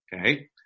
Okay